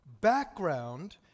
background